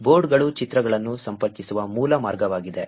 ಬೋರ್ಡ್ಗಳು ಚಿತ್ರಗಳನ್ನು ಸಂಪರ್ಕಿಸುವ ಮೂಲ ಮಾರ್ಗವಾಗಿದೆ